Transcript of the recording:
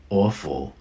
awful